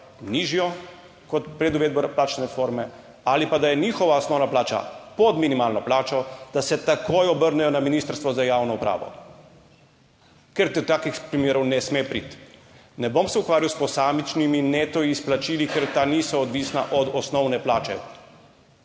nižjo kot pred uvedbo plačne reforme ali pa da je njihova osnovna plača pod minimalno plačo, da se takoj obrnejo na Ministrstvo za javno upravo, ker do takih primerov ne sme priti. Ne bom se ukvarjal s posamičnimi neto izplačili, ker ta niso odvisna od osnovne plače.